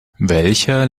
welcher